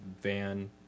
van